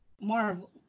Marvel